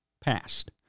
past